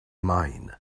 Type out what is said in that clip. mine